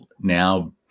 now